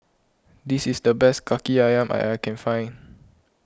this is the best Kaki Ayam I can find